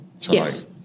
Yes